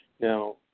Now